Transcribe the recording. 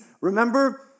remember